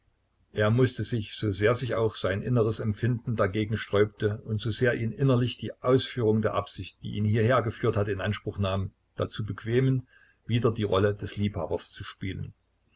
er mußte sich so sehr sich auch sein inneres empfinden dagegen sträubte und so sehr ihn innerlich die ausführung der absicht die ihn hierher geführt hatte in anspruch nahm dazu bequemen wieder die rolle des liebhabers zu spielen